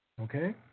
Okay